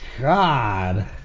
God